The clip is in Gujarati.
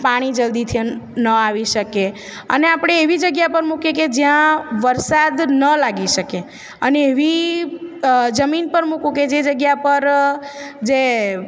પાણી જલ્દીથી ન આવી શકે અને આપણે એવી જગ્યા પર મૂકીએ કે જ્યાં વરસાદ ન લાગી શકે અને એવી જમીન પર મૂકો કે જે જગ્યા પર જે